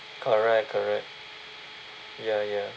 correct correct ya ya